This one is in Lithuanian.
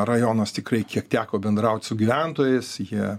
rajonas tikrai kiek teko bendraut su gyventojais jie